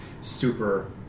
super